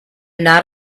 not